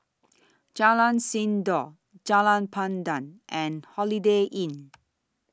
Jalan Sindor Jalan Pandan and Holiday Inn